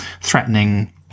threatening